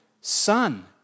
Son